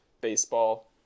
baseball